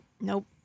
Nope